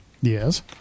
Yes